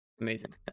Amazing